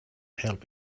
help